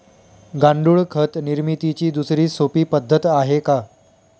गांडूळ खत निर्मितीची दुसरी सोपी पद्धत आहे का?